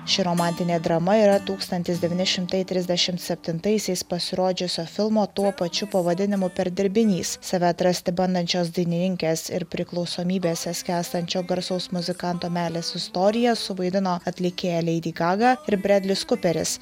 ši romantinė drama yra tūkstantis devyni šimtai trisdešimt septintaisiais pasirodžiusio filmo tuo pačiu pavadinimu perdirbinys save atrasti bandančios dainininkės ir priklausomybėse skęstančio garsaus muzikanto meilės istoriją suvaidino atlikėja leidi gaga ir bredlis kuperis